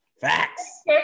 Facts